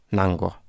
Nango